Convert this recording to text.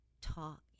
talk